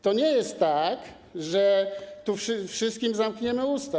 To nie jest tak, że tu wszystkim zamkniemy usta.